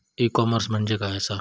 E commerce म्हणजे काय असा?